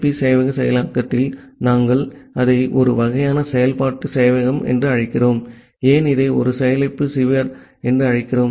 B சேவையக செயலாக்கத்தில் நாங்கள் அதை ஒரு வகையான செயல்பாட்டு சேவையகம் என்று அழைக்கிறோம் ஏன் இதை ஒரு செயலிழப்பு சீவர் என்று அழைக்கிறோம்